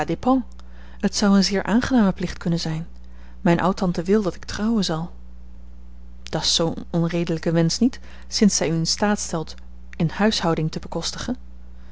het zou een zeer aangename plicht kunnen zijn mijn oud-tante wil dat ik trouwen zal dat's zoo'n onredelijke wensch niet sinds zij u in staat stelt eene huishouding te bekostigen